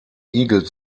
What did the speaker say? igel